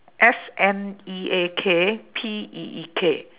S N E A K P E E K